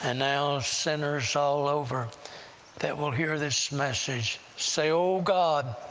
and now sinners all over that will hear this message, say, oh, god,